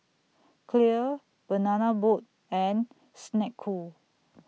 Clear Banana Boat and Snek Ku